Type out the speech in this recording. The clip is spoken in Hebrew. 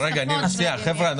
חבר'ה,